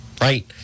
right